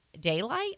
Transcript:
daylight